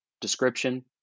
description